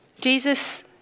Jesus